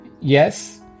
Yes